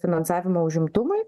finansavimą užimtumui